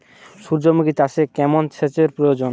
সূর্যমুখি চাষে কেমন সেচের প্রয়োজন?